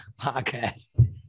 podcast